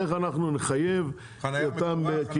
איך נחייב אותם.